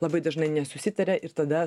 labai dažnai nesusitaria ir tada